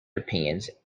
opinions